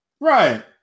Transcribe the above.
Right